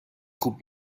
خوب